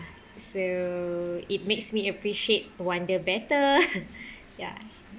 so it makes me appreciate wonder better ya